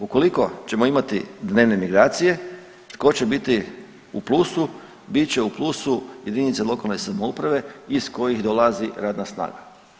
Ukoliko ćemo imati dnevne migracije tko će biti u plusu, bit će u plusu jedinice lokalne samouprave iz kojih dolazi radna snaga.